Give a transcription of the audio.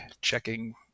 checking